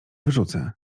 wyrzucę